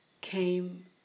came